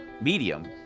medium